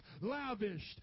lavished